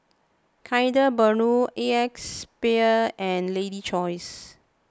Kinder Bueno Acexspade and Lady's Choice